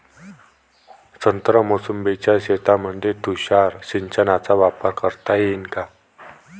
संत्रा मोसंबीच्या शेतामंदी तुषार सिंचनचा वापर करता येईन का?